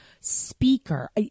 speaker